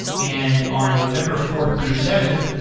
and on november fourth through seventh,